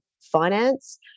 finance